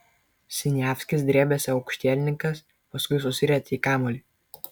siniavskis drebėsi aukštielninkas paskui susirietė į kamuolį